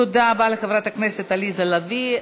תודה רבה לחברת הכנסת עליזה לביא.